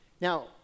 Now